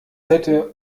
hätte